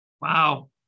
Wow